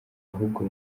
ahubwo